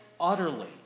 utterly